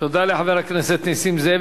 תודה לחבר הכנסת נסים זאב.